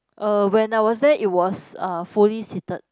uh when I was there it was uh fully seated